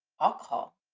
alcohol